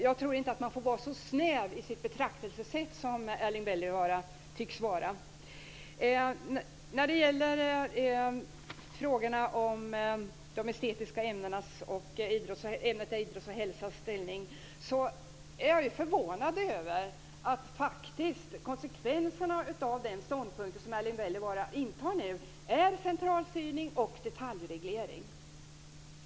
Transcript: Jag tror inte att man får vara så snäv i sitt betraktelsesätt som Erling Wälivaara tycks vara. När det gäller frågorna om de estetiska ämnenas och ämnet idrott och hälsas ställning är jag förvånad över att konsekvenserna av den ståndpunkt som Erling Wälivaara nu intar faktiskt är centralstyrning och detaljreglering.